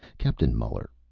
captain muller,